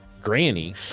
granny